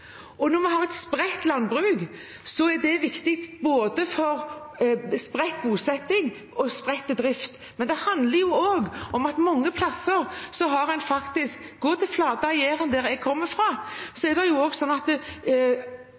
sammen. Når vi har et spredt landbruk, er det viktig, for både spredt bosetting og spredt drift. Men det handler også om at mange steder har bøndene selv – om man går til flate Jæren, der jeg kommer fra – kjøpt opp nabogårder som har vært mindre, fordi de har trengt større spredearealer, og